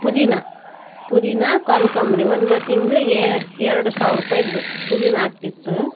ಪುದೀನಾ ಪುದೀನಾ ಕನಕಾಂಬ್ರಿ ಒಂದು ತಿಂಗಳಿಗೆ ಎರಡು ಸಾವ್ರ ರೂಪಾಯಿದು ಪುದೀನಾ ಆಗ್ತಿತ್ತು